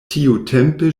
tiutempe